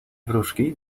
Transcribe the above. wróżki